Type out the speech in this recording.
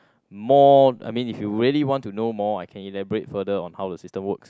more I mean if you really want to know more I can elaborate further on how the system works